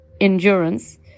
endurance